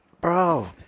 Bro